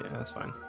that's fine